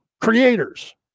creators